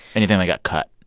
anything that got cut,